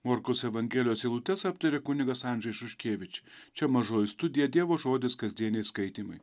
morkaus evangelijos eilutes aptaria kunigas andžej šuškėvič čia mažoji studija dievo žodis kasdieniai skaitymai